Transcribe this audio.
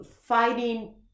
fighting